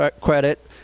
credit